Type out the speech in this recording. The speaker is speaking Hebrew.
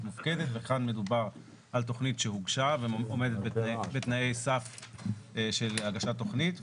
מופקדת ופה מדובר על שהוגשה ועומדת בתנאי סף של הגשת תכנית.